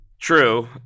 True